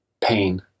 pain